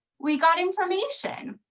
we got information.